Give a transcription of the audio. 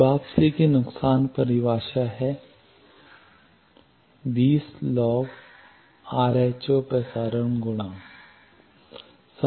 वापसी की नुकसान परिभाषा है डेफिनिशन 20 लॉग आरएचओ प्रसारण गुणांक